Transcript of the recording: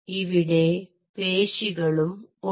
ഇവിടെ പേശികളും ഉണ്ട്